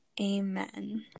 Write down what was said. Amen